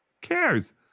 cares